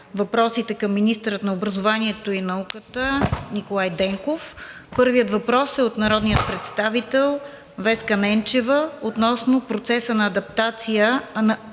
въпросите към министъра на образованието и науката Николай Денков. Първият въпрос е от народния представител Веска Ненчева относно процеса на атестация